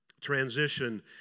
Transition